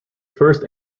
first